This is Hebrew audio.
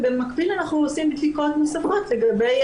ובמקביל אנחנו עושים בדיקות נוספות לגבי